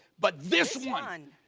but this one,